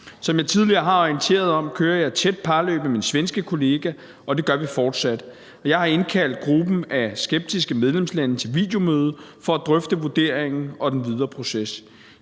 Som jeg tidligere har orienteret om, kører jeg et tæt parløb med min svenske kollega, og det gør vi fortsat, og jeg har indkaldt gruppen af skeptiske medlemslande til et videomøde for at drøfte vurderingen og den videre proces.